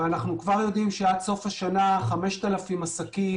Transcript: ואנחנו כבר יודעים שעד סוף השנה 5,000 עסקים